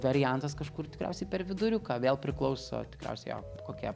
variantas kažkur tikriausiai per viduriuką vėl priklauso tikriausiai kokia